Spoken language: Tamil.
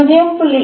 0